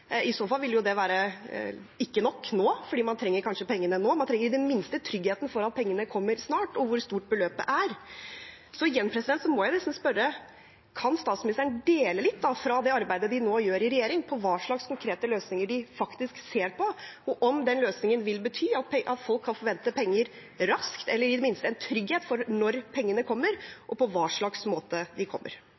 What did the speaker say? I så fall vil det ikke være nok nå, for man trenger kanskje pengene nå. Man trenger i det minste trygghet for at pengene kommer snart, og hvor stort beløpet er. Igjen må jeg nesten spørre: Kan statsministeren dele litt fra det arbeidet man nå gjør i regjering, hva slags konkrete løsninger de faktisk ser på, om den løsningen vil bety at folk kan forvente penger raskt, eller i det minste få trygghet for når pengene kommer og på hva slags måte de kommer?